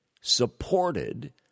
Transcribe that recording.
supported